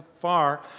far